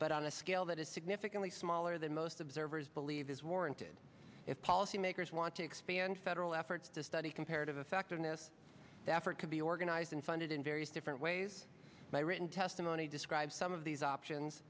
but on a scale that is significantly smaller than most observers believe is warranted if policy makers want to expand federal efforts to study comparative effectiveness dafur could be organized in funded in various different ways by written testimony describes some of these options